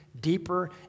deeper